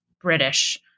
British